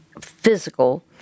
physical